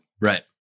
Right